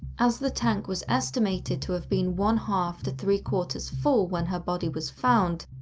as the tank was estimated to have been one-half to three-quarters full when her body was found,